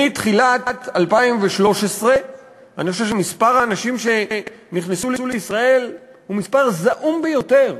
מתחילת 2013 אני חושב שמספר האנשים שנכנסו לישראל הוא מספר זעום ביותר.